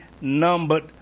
numbered